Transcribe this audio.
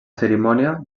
cerimònia